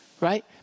right